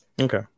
okay